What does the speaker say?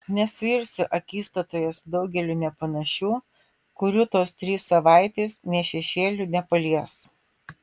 nesuirsiu akistatoje su daugeliu nepanašių kurių tos trys savaitės nė šešėliu nepalies